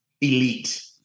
elite